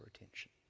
attention